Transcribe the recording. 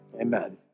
amen